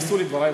נכנסו לדברי.